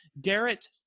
Garrett